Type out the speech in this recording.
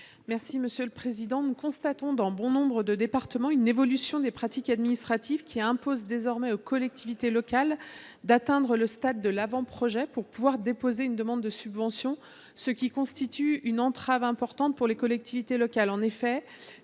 Mme Sylviane Noël. Nous constatons dans nombre de départements une évolution des pratiques administratives : celles ci imposent désormais aux collectivités locales d’atteindre le stade de l’avant projet pour pouvoir déposer une demande de subvention, ce qui constitue une entrave importante pour les collectivités locales.